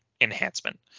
enhancement